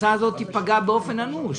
שתיפגע באופן אנוש?